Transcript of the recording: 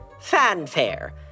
Fanfare